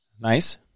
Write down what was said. nice